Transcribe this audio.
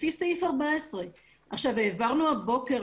לפי סעיף 14. העברנו הבוקר,